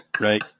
right